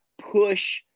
push